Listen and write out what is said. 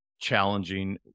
challenging